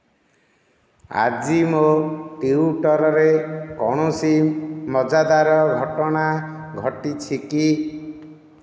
ଆଜି ମୋ ଟ୍ୱିଟରରେ କୌଣସି ମଜାଦାର ଘଟଣା ଘଟିଛି କି